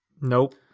Nope